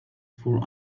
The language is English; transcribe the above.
for